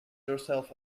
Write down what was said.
yourself